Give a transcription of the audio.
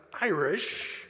Irish